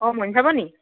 অঁ মণিষা বৌ নি